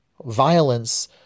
Violence